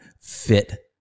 fit